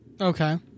Okay